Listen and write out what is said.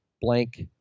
Blank